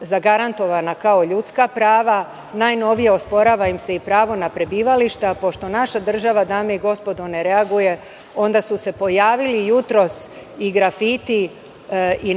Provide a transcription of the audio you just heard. zagarantovana kao ljudska prava. Najnovije, osporava im se i pravo na prebivališta. Pošto naša država ne reaguje, onda su se pojavili jutros i grafiti i